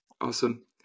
Awesome